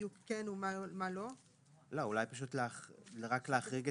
שלכם ושל כולם אבל יש כאן דברים צריך לתת עליהם את